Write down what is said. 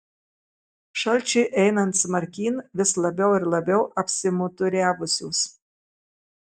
šalčiui einant smarkyn vis labiau ir labiau apsimuturiavusios